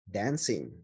dancing